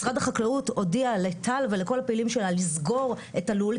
משרד החקלאות הודיע לטל ולכל הפעילים שלה לסגור את הלול,